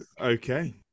okay